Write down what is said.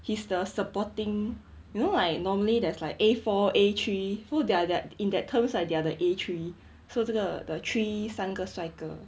he's the supporting you know like normally there's like a four a three so they are that in that terms right they are the A three so 这个的 three 三个帅哥